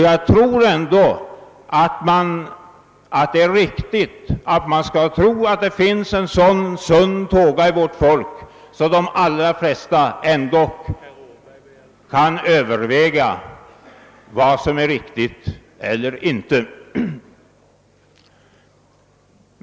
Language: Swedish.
Jag tror ändå att det finns en sådan sund tåga i vårt folk att de allra flesta kan bedöma vad som är riktigt eller inte.